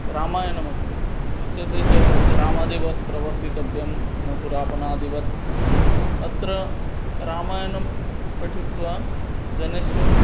रामायणमस्ति उच्यते च रामादिवत् प्रवर्तितव्यं न तु रावणादिवत् अत्र रामायणं पठित्वा जनेषु